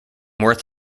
worth